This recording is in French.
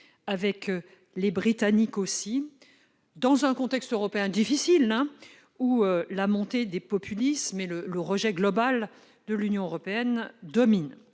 aux Britanniques, dans un contexte européen difficile, où la montée des populismes et le rejet global de l'Union européenne dominent.